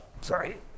sorry